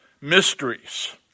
mysteries